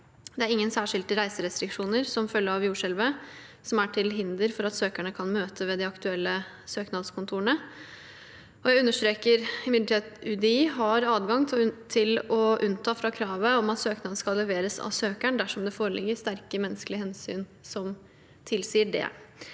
Det er ingen særskilte reiserestriksjoner som følge av jordskjelvet som er til hinder for at søkerne kan møte ved de aktuelle søknadskontorene. Jeg understreker imidlertid at UDI har adgang til å unnta fra kravet om at søknad skal leveres av søkeren dersom det foreligger sterke menneskelige hensyn som tilsier det.